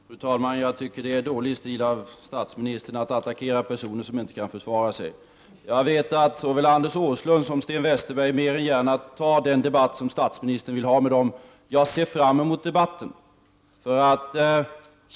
Fru talman! Jag tycker att det är dålig stil av statsministern att attackera personer som inte kan försvara sig. Jag vet att såväl Anders Åslund som Sten Westerberg mer än gärna vill ta den debatten. Jag ser fram emot den debatten.